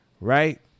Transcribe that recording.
right